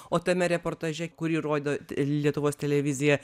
o tame reportaže kurį rodo lietuvos televizija